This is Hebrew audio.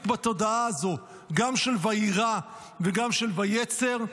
בתודעה הזאת גם של "ויירא" וגם של "ויצר"?